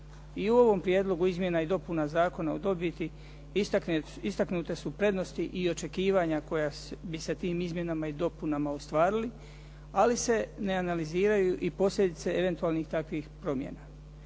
I u ovom prijedlogu izmjena i dopuna Zakona o dobiti istaknute su prednosti i očekivanja koja bi se tim izmjenama i dopunama ostvarili. Ali se ne analiziraju i posljedice eventualnih takvih promjena.